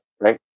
right